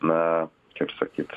na kaip sakyt